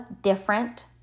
different